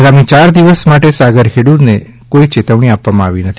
આગામી ચાર દિવસ માટે સાગર ખેડુને કોઈ ચેતવણી આપવામાં આવી નથી